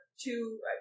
two